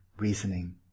Reasoning